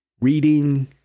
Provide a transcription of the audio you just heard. Reading